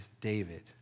David